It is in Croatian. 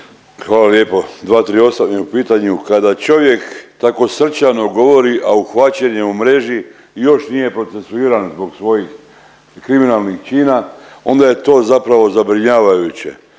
Hvala lijepo. 238. je u pitanju, kada čovjek tako srčano govori, a uhvaćen je u mreži i još nije procesuiran zbog svojih kriminalnih čina onda je to zapravo zabrinjavajuće.